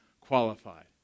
qualified